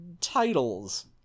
titles